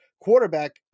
quarterback